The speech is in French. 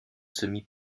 semi